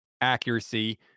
accuracy